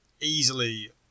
easily